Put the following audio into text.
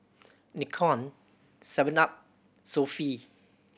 Nikon Seven Up Sofy